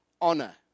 honor